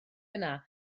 yna